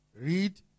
Read